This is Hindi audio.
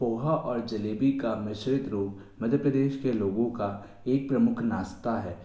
पोहा और जलेबी का मिश्रित रूप मध्य प्रदेश के लोगों का एक प्रमुख नास्ता है